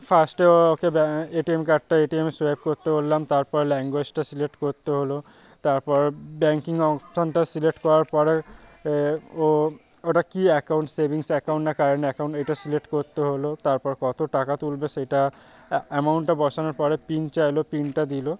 ফার্স্টে ওকে এ T M কার্ডটা A T এমে সোয়াইপ করতে বললাম তারপর ল্যাঙ্গুয়েজটা সিলেক্ট করতে হলো তারপর ব্যাঙ্কিং অপশনটা সিলেক্ট করার পরে ও ওটা কী অ্যাকাউন্ট সেভিংস অ্যাকাউন্ট না কারেন্ট অ্যাকাউন্ট এইটা সিলেক্ট করতে হলো তারপর কত টাকা তুলবে সেইটা অ্যামাউন্টটা বসানোর পরে পিন চাইল পিনটা দিল